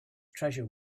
treasure